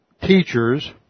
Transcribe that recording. teachers